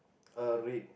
uh red